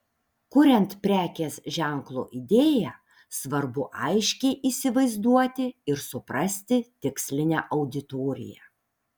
kuriant prekės ženklo idėją svarbu aiškiai įsivaizduoti ir suprasti tikslinę auditoriją